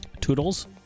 Toodles